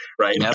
right